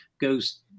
goes